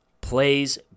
Plays